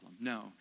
No